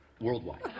worldwide